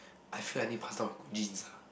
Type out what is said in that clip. I feel like I need to pass down on my good genes ah